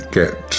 get